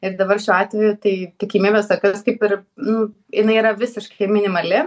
ir dabar šiuo atveju tai tikimybės tokios kaip ir nu jinai yra visiškai minimali